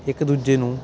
ਇੱਕ ਦੂਜੇ ਨੂੰ